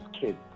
kids